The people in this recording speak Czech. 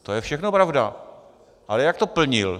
To je všechno pravda, ale jak to plnil?